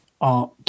art